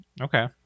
Okay